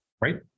right